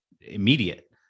immediate